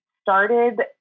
started